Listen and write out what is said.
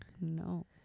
No